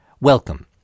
Welcome